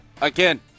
again